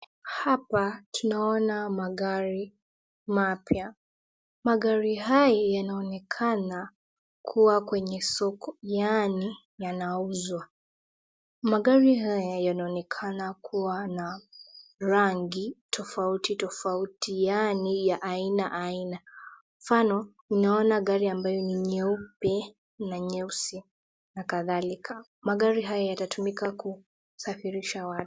Hapa tunaona magari mapya. Magari hayo yanaonekana kuwa kwenye soko yaani yanauzwa. Magari haya yanaonekana kuwa na rangi tofauti tofauti yaani ya aina aina. Mfano ninaona gari ambayo ni nyeupe na nyeusi na kadhalika. Magari haya yatatumika kusafirisha watu.